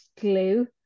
glue